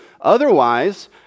Otherwise